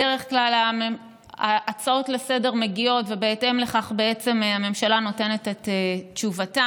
בדרך כלל ההצעות לסדר-היום מגיעות ובהתאם לכך הממשלה נותנת את תשובתה.